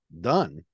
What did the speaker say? done